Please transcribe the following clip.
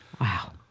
Wow